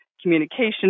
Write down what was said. communication